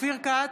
אופיר כץ,